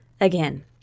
Again